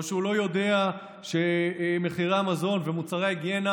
או שהוא לא יודע שמחירי המזון ומוצרי ההיגיינה,